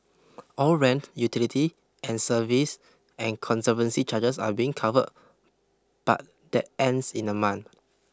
all rent utility and service and conservancy charges are being covered but that ends in a month